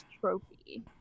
trophy